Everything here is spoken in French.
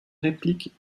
répliques